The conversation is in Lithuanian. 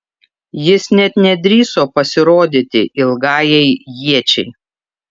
jis net nedrįso pasirodyti ilgajai iečiai